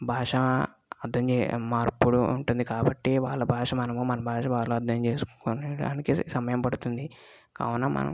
భాష అట్లాంటి మార్పులు ఉంటుంది కాబట్టి వాళ్ళ భాష మనము మన భాష వాళ్ళు అర్థం చేసుకోవడానికి సమయం పడుతుంది కావున మనం